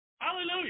Hallelujah